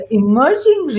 emerging